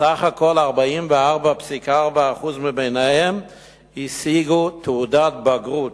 בסך הכול 44.4% מביניהם השיגו תעודת בגרות,